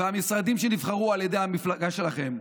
והמשרדים שנבחרו על ידי המפלגה שלכם,